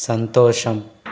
సంతోషం